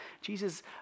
Jesus